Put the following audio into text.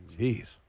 jeez